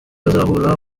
azahura